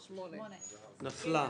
נפלה.